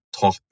top